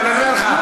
אבל אענה לך.